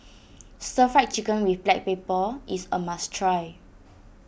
Stir Fried Chicken with Black Pepper is a must try